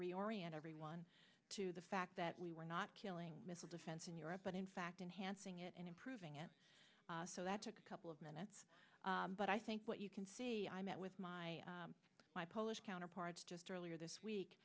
reorient everyone to the fact that we were not killing missile defense in europe but in fact enhancing it and improving it so that took a couple of minutes but i think what you can see i met with my my polish counterparts just earlier this week